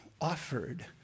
offered